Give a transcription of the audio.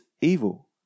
evil